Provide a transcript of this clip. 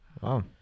Wow